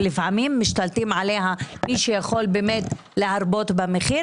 לפעמים משתלטים על זה מי שיכול באמת להרבות במחיר